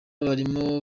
barimo